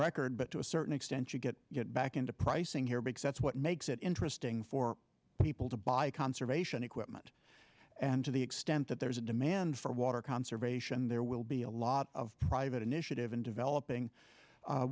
record but to a certain extent you get back into i think here because that's what makes it interesting for people to buy conservation equipment and to the extent that there's a demand for water conservation there will be a lot of private initiative in developing